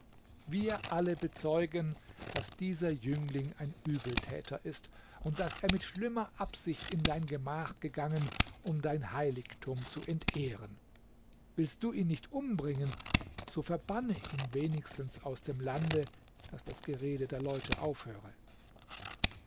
wir alle bezeugen daß dieser jüngling ein übeltäter ist und daß er mit schlimmer absicht in dein gemach gegangen um dein heiligtum zu entehren willst du ihn nicht umbringen so verbanne ihn wenigstens aus dem lande daß das gerede der leute aufhöre